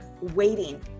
waiting